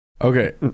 Okay